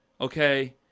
okay